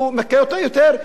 היא תלויה בו יותר.